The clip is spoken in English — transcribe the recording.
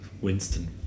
Winston